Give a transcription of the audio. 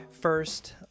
first